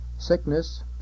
Sickness